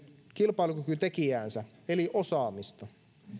kilpailukykytekijäänsä eli osaamista